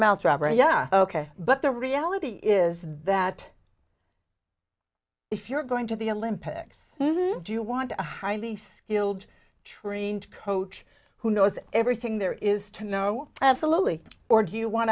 right yeah ok but the reality is that if you're going to the olympics do you want a highly skilled trained coach who knows everything there is to know absolutely or do you want